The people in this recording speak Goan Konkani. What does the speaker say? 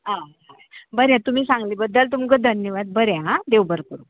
बरें तुमी सांगले बद्दल तुमकां धन्यवाद बरें हां देव बरें करूं